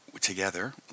together